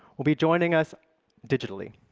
will be joining us digitally.